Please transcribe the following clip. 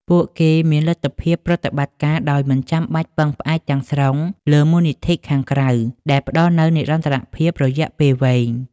ពួកគេមានលទ្ធភាពប្រតិបត្តិការដោយមិនចាំបាច់ពឹងផ្អែកទាំងស្រុងលើមូលនិធិខាងក្រៅ ដែលផ្តល់នូវនិរន្តរភាពរយៈពេលវែង។